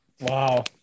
Wow